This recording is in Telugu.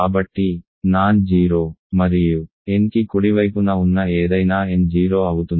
కాబట్టి నాన్ జీరో మరియు nకి కుడివైపున ఉన్న ఏదైనా n 0 అవుతుంది